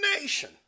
nation